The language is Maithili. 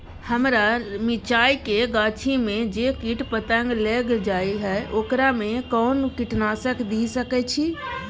हमरा मिर्चाय के गाछी में जे कीट पतंग लैग जाय है ओकरा में कोन कीटनासक दिय सकै छी?